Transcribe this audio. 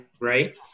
right